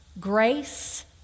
grace